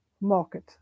Market